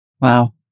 Wow